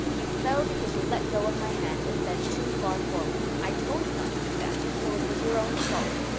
you fell because you let go of my hand and bent too far forward. i told you not to do that. so that it was your own fault.